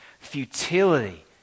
futility